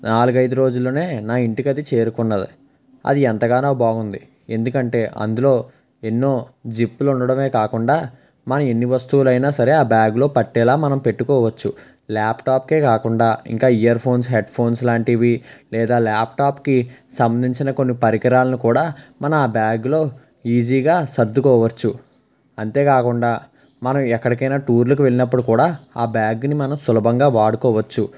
నాలుగు ఐదు రోజుల్లోనే నా ఇంటికి అది చేరుకున్నది అది ఎంతగానో బాగుంది ఎందుకంటే అందులో ఎన్నో జిప్పులు ఉండడమే కాకుండా మనం ఎన్ని వస్తువులు అయినా సరే ఆ బ్యాగులో పట్టేలా మనం పెట్టుకోవచ్చు ల్యాప్టాప్కే కాకుండా ఇంకా ఇయర్ ఫోన్స్ హెడ్ ఫోన్స్ లాంటివి లేదా ల్యాప్టాప్కి సంబంధించిన కొన్ని పరికరాలను కూడా మన బ్యాగ్లో ఈజీగా సర్దుకోవచ్చు అంతేకాకుండా మనం ఎక్కడికైనా టూర్లకి వెళ్ళినప్పుడు కూడా ఆ బ్యాగ్ని మనం సులభంగా వాడుకోవచ్చు